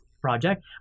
project